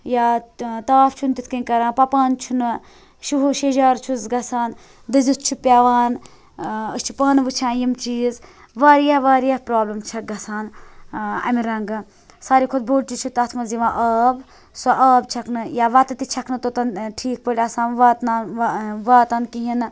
یا تاپھ چھُنہٕ تِتھ پٲٹھۍ کَران پَپان چھُنہٕ شُہُل شیٚہجار چھُس گَژھان دٔزِتھ چھُ پیوان أسۍ چھِ پانہٕ وٕچھان یِم چیٖز واریاہ واریاہ پرٛابلم چھِ گَژھان اَمہِ رَنٛگہٕ ساروی کھۄتہٕ بوٚڈ چیٖز چھُ تَتھ منٛز یِوان آب سُہ آب چھَکھ نہٕ یا وَتہٕ تہٕ چھکھ نہٕ توٚتن ٹھیٖک پٲٹھۍ آسان واتنہٕ واتان کِہیٖنۍ نہٕ